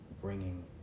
bringing